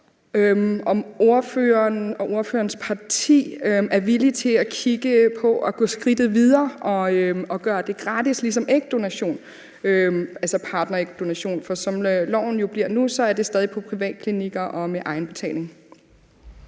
om ordføreren og ordførerens parti er villig til at kigge på at gå skridtet videre og gøre det gratis ligesom ægdonation, altså partnerægdonation, for som loven bliver nu, er det stadig på privatklinikker og med egenbetaling.